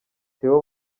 theo